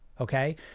Okay